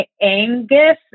Angus